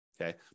okay